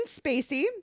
Spacey